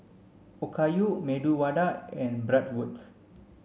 Okayu Medu Vada and Bratwurst